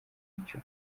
mucyo